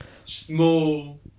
small